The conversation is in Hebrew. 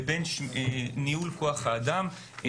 לבין ניהול כוח האדם.